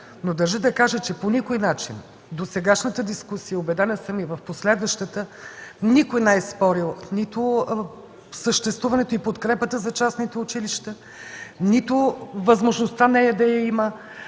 Държа да кажа обаче, че по никакъв начин досегашната дискусия, убедена съм, и в последващата, никой не е спорил нито в съществуването и подкрепата за частните училища, нито възможността нея да я има,